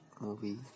movie